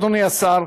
אדוני השר.